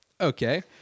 okay